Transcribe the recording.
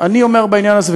אני אומר בעניין הזה,